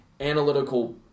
analytical